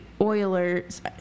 Oilers